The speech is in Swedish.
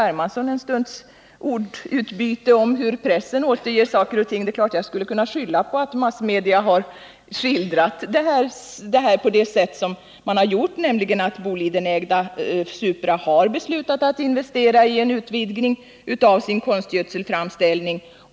Hermansson en stunds ordbyte om hur pressen återger saker och ting, och jag skulle naturligtvis kunna skylla på att massmedia har skildrat det här så, att Bolidenägda Supra har beslutat att investera i en utvidgning av sin konstgödselframställning.